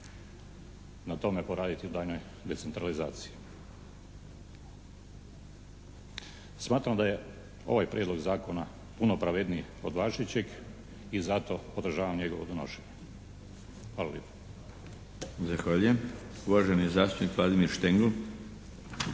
na tome poraditi u daljnjoj decentralizaciji. Smatram da je ovaj prijedlog zakona puno pravedniji od važećeg i zato podržavam njegovo donošenje. Hvala lijepo.